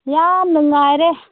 ꯌꯥꯝ ꯅꯨꯡꯉꯥꯏꯔꯦ